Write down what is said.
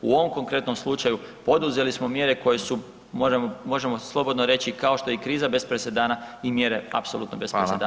U ovom konkretnom slučaju poduzeli smo mjere koje su možemo slobodno reći kao što je i kriza bez presedana i mjere apsolutno bez [[Upadica: Fala]] presedana.